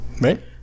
Right